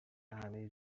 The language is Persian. همه